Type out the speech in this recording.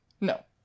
No